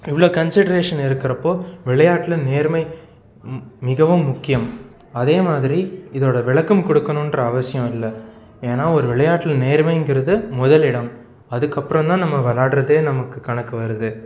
இவ்வளோ கன்செட்ரேஷன் இருக்கிறப்போ விளையாட்டில் நேர்மை மிகவும் முக்கியம் அதே மாதிரி இதோடய விளக்கம் கொடுக்கணும்ன்ற அவசியம் இல்லை ஏன்னா ஒரு விளையாட்டில் நேர்மைங்கிறது முதல் இடம் அதுக்கு அப்புறம் தான் நம்ம விளாடுறதே நமக்கு கணக்கு வருது